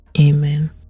Amen